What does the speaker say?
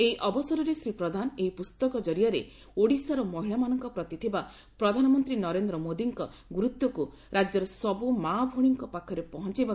ଏହି ଅବସରରେ ଶ୍ରୀ ପ୍ରଧାନ ଏହି ପୁସ୍ତକ ଜରିଆରେ ଓଡ଼ିଶାର ମହିଳାମାନଙ୍କ ପ୍ରତି ଥିବା ପ୍ରଧାନମନ୍ତୀ ନରେନ୍ଦ୍ର ମୋଦିଙ୍କ ଗୁରୁତ୍ୱକୁ ରାଜ୍ୟର ସବୁ ମା ଭଉଣୀଙ୍କ ପାଖରେ ପହଞାଇବ